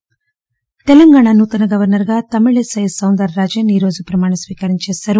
గవర్స ర్ తెలంగాణ నూతన గవర్పర్ గా తమిళి సై సాందరరాజస్ ఈ రోజు ప్రమాణ స్వీకారం చేశారు